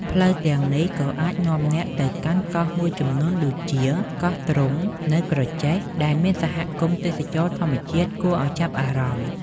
ផ្លូវទាំងនេះក៏អាចនាំអ្នកទៅកាន់កោះមួយចំនួនដូចជា កោះទ្រង់ នៅក្រចេះ ដែលមានសហគមន៍ទេសចរណ៍ធម្មជាតិគួរឲ្យចាប់អារម្មណ៍។